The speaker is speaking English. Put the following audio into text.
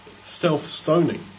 Self-stoning